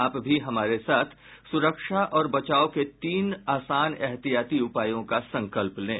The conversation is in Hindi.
आप भी हमारे साथ सुरक्षा और बचाव के तीन आसान एहतियाती उपायों का संकल्प लें